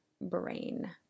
brain